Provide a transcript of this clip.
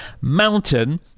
mountain